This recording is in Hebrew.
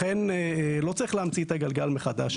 לכן לא צריך להמציא את הגלגל מחדש.